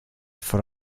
for